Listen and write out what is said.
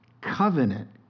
covenant